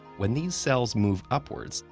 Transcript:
when these cells move upwards,